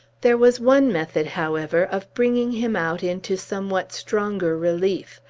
there was one method, however, of bringing him out into somewhat stronger relief.